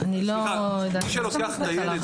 מי שלוקח את הילד,